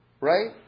right